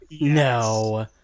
No